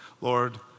Lord